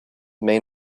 may